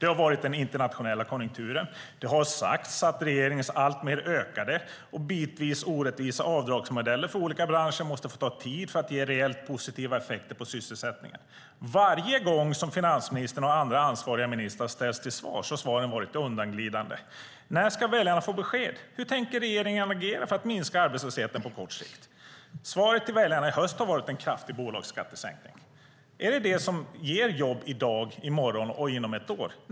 Det har talats om den internationella konjunkturen och det har sagts att regeringens alltmer ökade och bitvis orättvisa avdragsmodeller för olika branscher måste få ta tid för att ge reellt positiva effekter på sysselsättningen. Varje gång som finansministern och andra ansvariga ministrar har ställts till svars har svaren varit undanglidande. När ska väljarna få besked? Hur tänker regeringen agera för att minska arbetslösheten på kort sikt? Svaret till väljarna i höst har varit en kraftig bolagsskattesänkning. Är det detta som ger jobb i dag, i morgon och inom ett år?